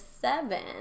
seven